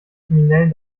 kriminellen